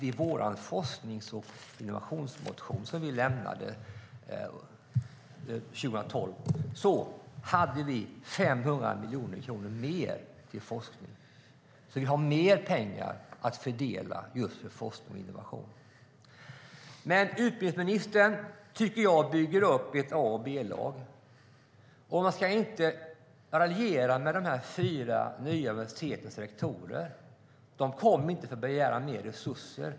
I den forsknings och innovationsmotion som vi lämnade 2012 hade vi 500 miljoner kronor mer till forskning. Det vet utbildningsministern. Vi har alltså mer pengar att fördela till forskning och innovation. Utbildningsministern bygger upp ett A och ett B-lag, tycker jag. Man ska inte raljera över de fyra nya universitetens rektorer. De kom inte för att begära mer resurser.